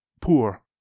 Poor